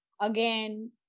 again